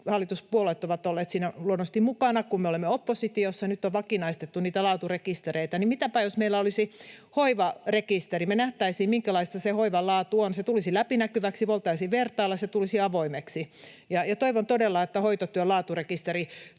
hallituspuolueet ovat olleet siinä luonnollisesti mukana, kun me olemme oppositiossa — on vakinaistettu niitä laaturekistereitä, niin mitäpä jos meillä olisi hoivarekisteri? Me nähtäisiin, minkälaista se hoivan laatu on. Se tulisi läpinäkyväksi, voitaisiin vertailla, se tulisi avoimeksi. Toivon todella, että hoitotyön laaturekisteri